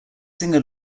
singer